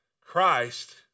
Christ